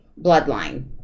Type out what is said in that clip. bloodline